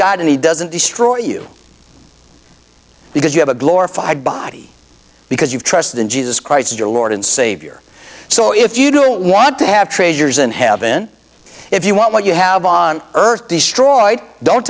god and he doesn't destroy you because you have a glorified body because you trust in jesus christ as your lord and savior so if you don't want to have treasures in heaven if you want what you have on earth destroyed don't